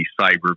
cyber